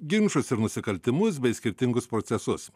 ginčus ir nusikaltimus bei skirtingus procesus